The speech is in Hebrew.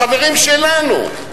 החברים שלנו.